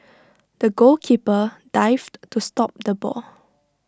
the goalkeeper dived to stop the ball